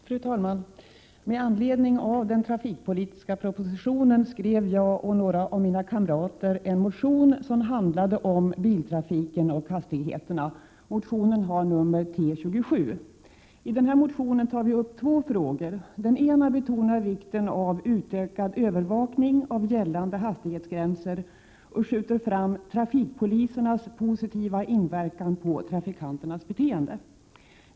Fru talman! Med anledning av den trafikpolitiska propositionen har jag och några av mina kamrater väckt en motion som handlade om biltrafiken och hastigheterna. Motionen har nr T27. I motionen tar vi upp två frågor. Den ena betonar vikten av utökad övervakning av gällande hastighetsgränser och skjuter fram trafikpolisernas positiva inverkan på trafikanternas beteende.